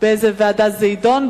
באיזו ועדה זה יידון,